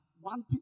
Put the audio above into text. one